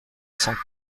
cent